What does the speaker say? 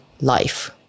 life